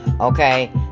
Okay